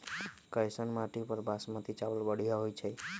कैसन माटी पर बासमती चावल बढ़िया होई छई?